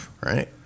Right